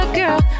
girl